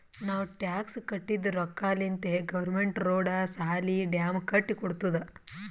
ನಾವ್ ಟ್ಯಾಕ್ಸ್ ಕಟ್ಟಿದ್ ರೊಕ್ಕಾಲಿಂತೆ ಗೌರ್ಮೆಂಟ್ ರೋಡ್, ಸಾಲಿ, ಡ್ಯಾಮ್ ಕಟ್ಟಿ ಕೊಡ್ತುದ್